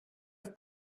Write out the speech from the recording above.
have